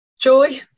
Joy